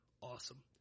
awesome